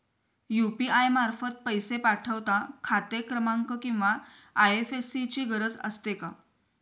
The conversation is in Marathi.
यु.पी.आय मार्फत पैसे पाठवता खाते क्रमांक किंवा आय.एफ.एस.सी ची गरज असते का?